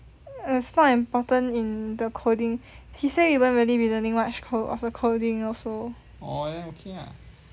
it's not important in the coding he say we won't really be learning much code of the coding also